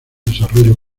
desarrollo